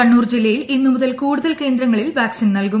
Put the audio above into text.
കണ്ണൂർ ജില്ലയിൽ ഇന്നുമുതൽ കൂടുതൽ കേന്ദ്രങ്ങളിൽ വാക്സിൻ നൽകും